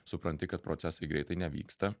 supranti kad procesai greitai nevyksta